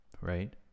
Right